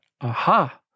Aha